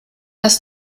das